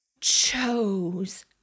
chose